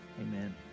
amen